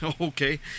okay